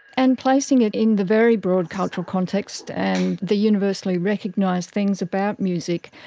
and placing it in the very broad cultural context and the universally recognised things about music,